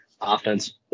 offense